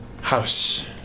house